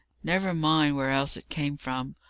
never mind where else it came from.